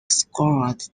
scored